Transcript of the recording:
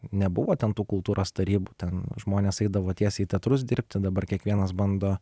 nebuvo ten tų kultūros tarybų ten žmonės eidavo tiesiai į teatrus dirbti dabar kiekvienas bando